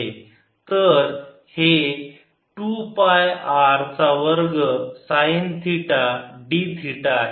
तर हे 2 pi R चा वर्ग साईन थिटा d थिटा आहे